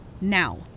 now